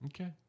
Okay